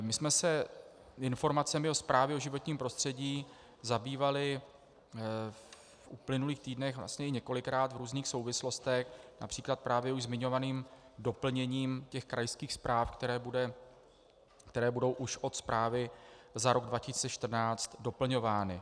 My jsme se informacemi o Zprávě o životním prostředí zabývali v uplynulých týdnech vlastně několikrát v různých souvislostech, například právě už zmiňovaným doplněním krajských zpráv, které budou už od zprávy za rok 2014 doplňovány.